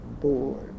board